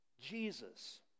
Jesus